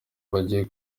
bagiye